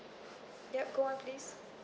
yup go on please